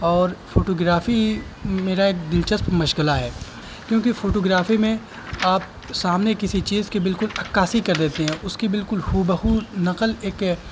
اور فوٹوگرافی میرا ایک دلچسپ مشغلہ ہے کیونکہ فوٹوگرافی میں آپ سامنے کسی چیز کی بالکل عکاسی کر دیتے ہیں اس کی بالکل ہو بہو نقل ایک